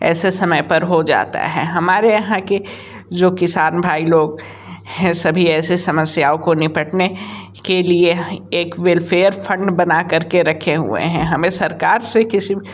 ऐसे समय पर हो जाता है हमारे यहाँ के जो किसान भाई लोग हैं सभी ऐसी समस्याओं को निपटने के लिए एक वेलफेयर फंड बना कर के रखे हुए हैं हमें सरकार से किसी